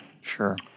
Sure